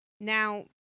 now